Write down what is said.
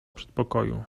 przedpokoju